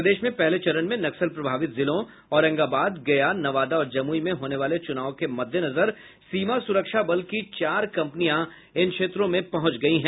प्रदेश में पहले चरण में नक्सल प्रभावित जिलों औरंगाबाद गया नवादा और जमुई में होने वाले चुनाव के मद्देनजर सीमा सुरक्षा बल की चार कम्पनियां इन क्षेत्रों में पहुंच गई हैं